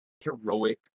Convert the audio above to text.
heroic